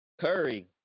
Curry